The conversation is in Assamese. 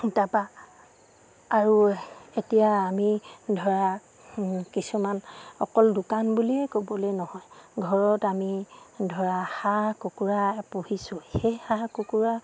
তাৰপৰা আৰু এতিয়া আমি ধৰা কিছুমান অকল দোকান বুলিয়ে ক'বলৈ নহয় ঘৰত আমি ধৰা হাঁহ কুকুৰা পুহিছোঁ সেই হাঁহ কুকুৰা